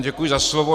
Děkuji za slovo.